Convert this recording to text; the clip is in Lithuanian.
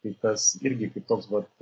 tai tas irgi kaip toks vat